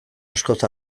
askoz